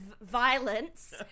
violence